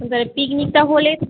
পিকনিকটা হলে